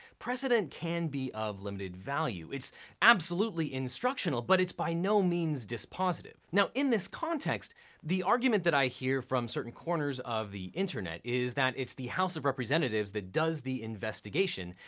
precedent can be of limited value. it's absolutely instructional, but it's by no means dispositive. in this context the argument that i hear from certain corners of the internet is that it's the house of representatives that does the investigation,